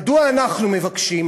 מדוע אנחנו מבקשים?